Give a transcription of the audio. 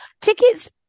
Tickets